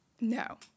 No